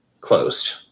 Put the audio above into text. Closed